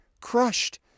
crushed